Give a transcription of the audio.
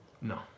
No